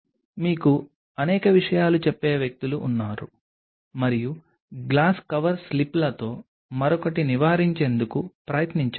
మీకు అనేక విషయాలు చెప్పే వ్యక్తులు ఉన్నారు మరియు గ్లాస్ కవర్ స్లిప్లతో మరొకటి నివారించేందుకు ప్రయత్నించండి